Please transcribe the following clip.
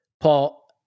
Paul